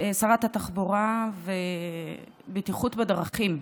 שרת התחבורה והבטיחות בדרכים,